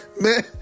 Man